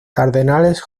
cardenales